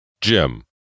Jim